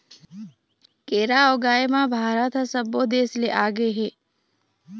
केरा ऊगाए म भारत ह सब्बो देस ले आगे हे